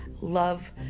Love